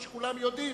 כפי שכולם יודעים,